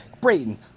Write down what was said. Brayton